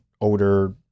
older